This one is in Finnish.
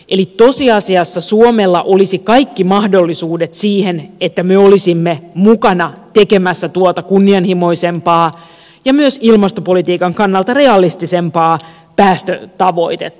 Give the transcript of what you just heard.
eli tosiasiassa suomella olisi kaikki mahdollisuudet siihen että me olisimme mukana tekemässä tuota kunnianhimoisempaa ja myös ilmastopolitiikan kannalta realistisempaa päästötavoitetta